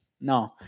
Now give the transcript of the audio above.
no